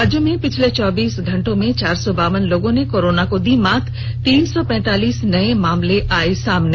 राज्य में पिछले चौबीस घंटे में चार सौ बावन लोगों ने कोरोना को दी मात तीन सौ पैंतालीस नए मामले आए सामने